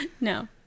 No